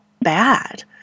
bad